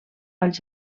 als